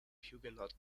huguenot